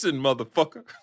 motherfucker